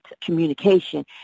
communication